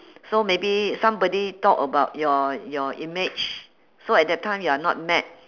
so maybe somebody talk about your your image so at that time you are not mad